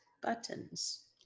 buttons